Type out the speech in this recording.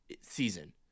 season